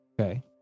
Okay